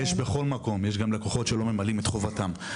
יש בכל מקום; יש גם לקוחות שלא ממלאים את חובתם.